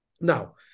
Now